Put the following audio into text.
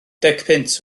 decpunt